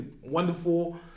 wonderful